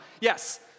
yes